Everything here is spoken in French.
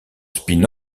spin